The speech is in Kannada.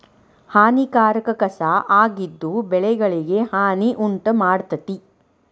ಹಾನಿಕಾರಕ ಕಸಾ ಆಗಿದ್ದು ಬೆಳೆಗಳಿಗೆ ಹಾನಿ ಉಂಟಮಾಡ್ತತಿ